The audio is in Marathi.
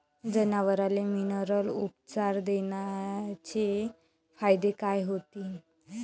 जनावराले मिनरल उपचार देण्याचे फायदे काय होतीन?